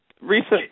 recent